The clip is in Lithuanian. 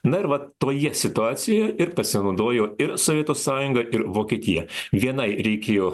na ir vat toje situacijoje ir pasinaudojo ir sovietų sąjunga ir vokietija vienai reikėjo